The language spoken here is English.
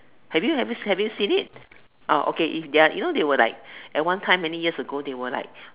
have you have you have you seen it oh okay if their you know they were like at one time many years ago they were like